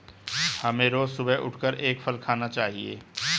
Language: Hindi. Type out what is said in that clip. हमें रोज सुबह उठकर एक फल खाना चाहिए